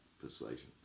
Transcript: persuasion